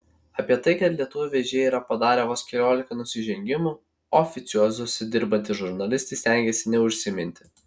apie tai kad lietuvių vežėjai yra padarę vos keliolika nusižengimų oficiozuose dirbantys žurnalistai stengiasi neužsiminti